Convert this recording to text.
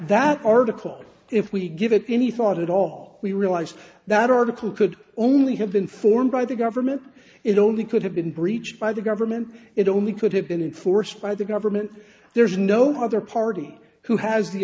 that article if we give it any thought at all we realized that article could only have been formed by the government it only could have been breached by the government it only could have been enforced by the government there's no other party who has the